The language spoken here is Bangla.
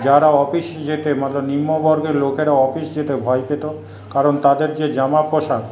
যারা অফিস যেতে মতলব নিম্নবর্গের লোকেরা অফিস যেতে ভয় পেত কারণ তাদের যে জামা পোশাক